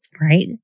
right